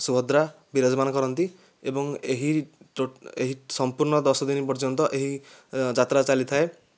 ସୁଭଦ୍ରା ବିରାଜମାନ କରନ୍ତି ଏବଂ ଏହି ଏହି ସମ୍ପୂର୍ଣ୍ଣ ଦଶଦିନ ପର୍ଯ୍ୟନ୍ତ ଏହି ଯାତ୍ରା ଚାଲିଥାଏ